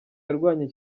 yarwanye